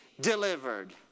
delivered